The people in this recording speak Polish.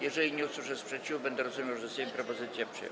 Jeżeli nie usłyszę sprzeciwu, będę rozumiał, że Sejm propozycję przyjął.